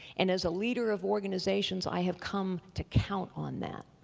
and as a leader of organizations i have come to count on that.